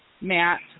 Matt